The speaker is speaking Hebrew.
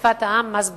בשפת העם: מס בצורת.